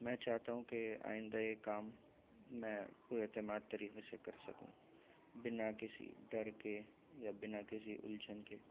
میں چاہتا ہوں کہ آئندہ یہ کام میں پورے اعتماد طریقے سے کر سکوں بنا کسی ڈر کے یا بنا کسی الجھن کے